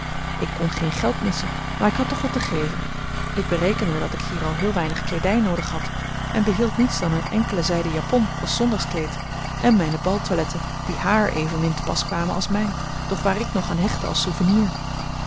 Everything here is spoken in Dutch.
ik kon geen geld missen maar ik had toch wat te geven ik berekende dat ik hier al heel weinig kleedij noodig had en behield niets dan eene enkele zijden japon als zondagskleed en mijne baltoiletten die haar evenmin te pas kwamen als mij doch waar ik nog aan hechtte als souvenir